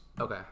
Okay